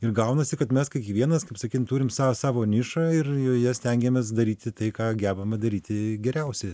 ir gaunasi kad mes kiekvienas kaip sakyn turim sa savo nišą ir joje stengiamės daryti tai ką gebame daryti geriausiai